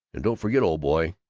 and don't forget, old boy,